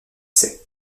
ses